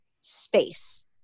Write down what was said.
space